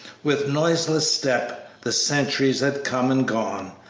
with noiseless step, the centuries had come and gone,